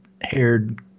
haired